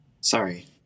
sorry